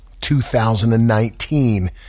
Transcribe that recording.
2019